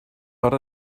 but